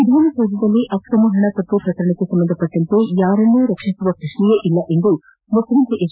ವಿಧಾನಸೌಧದಲ್ಲಿ ಅಕ್ರಮ ಹಣ ಪತ್ತೆ ಪ್ರಕರಣಕ್ಕೆ ಸಂಬಂಧಪಟ್ಟಂತೆ ಯಾರನ್ನೂ ರಕ್ಷಿಸುವ ಪ್ರಶ್ನೆಯೇ ಇಲ್ಲ ಎಂದು ಮುಖ್ಯಮಂತ್ರಿ ಎಚ್